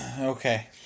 Okay